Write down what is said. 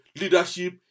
leadership